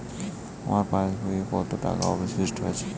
আমার পাশ বইয়ে কতো টাকা অবশিষ্ট আছে?